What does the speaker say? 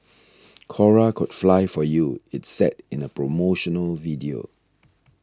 Cora could fly for you it said in a promotional video